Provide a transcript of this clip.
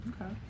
Okay